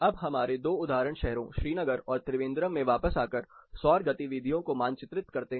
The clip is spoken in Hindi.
अब हमारे दो उदाहरण शहरों श्रीनगर और त्रिवेंद्रम में वापस आकर सौर गतिविधियों को मानचित्रित करते हैं